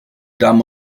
damen